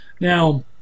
Now